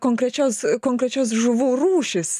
konkrečios konkrečios žuvų rūšys